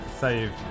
save